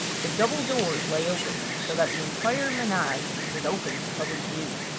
the double doors lay open, so that the entire menage was open to public view.